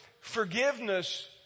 forgiveness